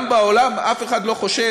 גם בעולם, אף אחד לא חושב